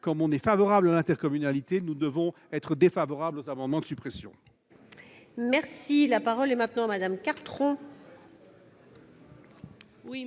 Quand on est favorable à l'intercommunalité, il faut donc être défavorable à ces amendements de suppression